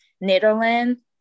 Netherlands